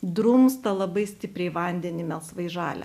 drumstą labai stipriai vandenį melsvai žalią